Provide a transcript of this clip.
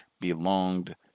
belonged